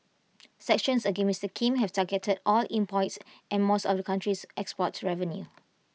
sanctions against Mister Kim have targeted oil imports and much of the country's export revenue